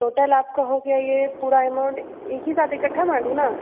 total आपका हो गया ये पूरा एमाउंट एक ही साथ इकट्ठा मार दूँ ना